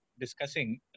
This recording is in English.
discussing